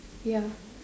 ya